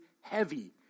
heavy